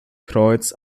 kreuz